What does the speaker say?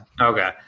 Okay